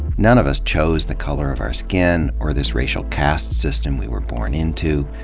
none of us chose the color of our skin, or this racial caste system we were born into.